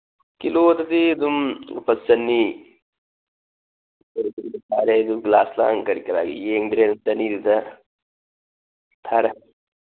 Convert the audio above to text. ꯀꯤꯂꯣꯗꯗꯤ ꯑꯗꯨꯝ ꯂꯨꯄꯥ ꯆꯅꯤ ꯑꯩꯁꯨ ꯒ꯭ꯂꯥꯁ ꯂꯥꯡ ꯀꯔꯤ ꯀꯔꯥ ꯌꯦꯡꯗ꯭ꯔꯦ ꯆꯅꯤꯗꯨꯗ ꯊꯥꯔꯦ